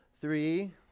three